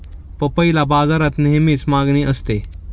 पपईला बाजारात नेहमीच मागणी असते